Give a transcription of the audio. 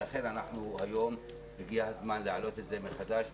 ולכן הגיע הזמן להעלות את זה מחדש.